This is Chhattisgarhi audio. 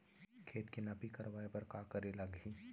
खेत के नापी करवाये बर का करे लागही?